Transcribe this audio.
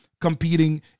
competing